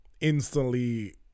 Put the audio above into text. instantly